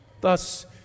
Thus